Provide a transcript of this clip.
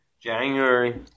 January